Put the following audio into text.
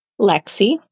Lexi